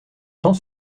temps